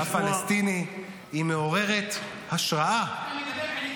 הדאגה שלו לציבור הפלסטיני מעוררת השראה -- אתה מדבר על